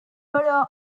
però